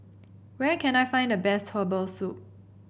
where can I find the best Herbal Soup